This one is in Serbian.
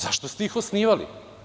Zašto ste ih osnivali?